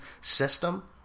system